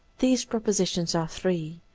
these propositions are three,